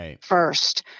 first